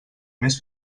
més